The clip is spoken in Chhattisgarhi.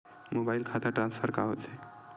मोबाइल खाता ट्रान्सफर का होथे?